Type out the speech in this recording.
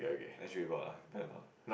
then she'll be bored lah